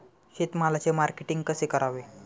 शेतमालाचे मार्केटिंग कसे करावे?